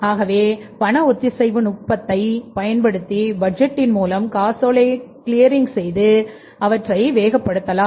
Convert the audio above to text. ஆகவே பண ஒத்திசைவு நுட்பத்தைப் பயன்படுத்தி பட்ஜெட்டின் மூலம் காசோலைகளின்கிளியரிங்ங்கை வேக படுத்தலாம்